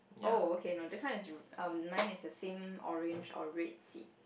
oh okay no this one is re~ nine is the same orange or red seat